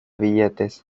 billetes